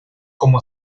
como